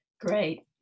Great